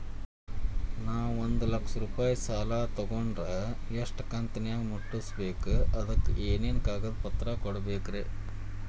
ನಾನು ಒಂದು ಲಕ್ಷ ರೂಪಾಯಿ ಸಾಲಾ ತೊಗಂಡರ ಎಷ್ಟ ಕಂತಿನ್ಯಾಗ ಮುಟ್ಟಸ್ಬೇಕ್, ಅದಕ್ ಏನೇನ್ ಕಾಗದ ಪತ್ರ ಕೊಡಬೇಕ್ರಿ?